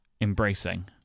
embracing